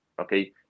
Okay